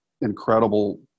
incredible